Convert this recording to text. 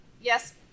yes